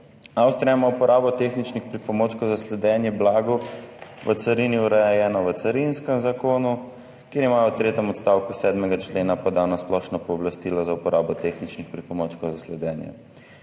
Avstrija ima urejeno uporabo tehničnih pripomočkov za sledenje blagu v carini v carinskem zakonu, kjer imajo v tretjem odstavku 7. člena podano splošno pooblastilo za uporabo tehničnih pripomočkov za sledenje.